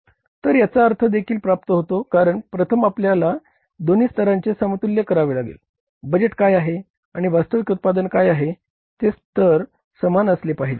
तर याचा अर्थ देखील प्राप्त होतो कारण प्रथम आपल्याला दोन्ही स्तरांचे समतुल्य करावे लागेल बजेट काय आहे आणि वास्तविक उत्पादन काय आहे ते स्तर समान असले पाहिजे